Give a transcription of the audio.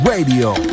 Radio